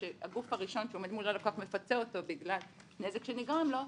הגוף הראשון שעומד מול הלקוח מפצה אותו בגלל נזק שנגרם לו,